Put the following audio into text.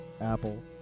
Apple